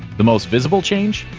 the most visible change?